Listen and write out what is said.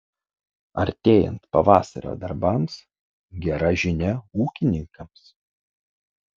artėjant pavasario darbams gera žinia ūkininkams